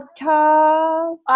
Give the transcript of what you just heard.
podcast